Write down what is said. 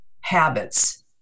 habits